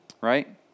right